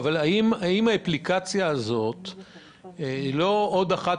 האם האפליקציה הזאת היא לא עוד אחת